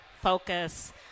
focus